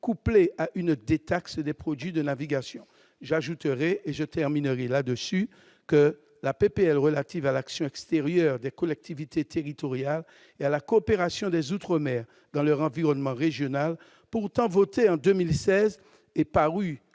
couplée à une détaxe des produits de navigation, j'ajouterai et je terminerai là-dessus que la PPL relatives à l'action extérieure des collectivités territoriales et à la coopération des Outre-Mer mer dans leur environnement régional pourtant voté en 2016 est parue